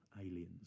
aliens